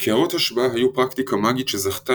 קערות השבעה היו פרקטיקה מאגית שזכתה